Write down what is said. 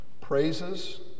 praises